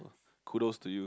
kudos to you